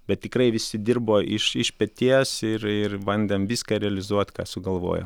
bet tikrai visi dirbo iš iš peties ir ir bandėme viską realizuoti ką sugalvojom